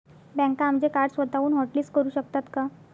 बँका आमचे कार्ड स्वतःहून हॉटलिस्ट करू शकतात का?